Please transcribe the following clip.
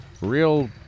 real